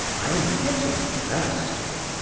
i am getting thirsty.